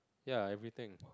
ya everything